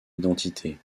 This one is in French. identité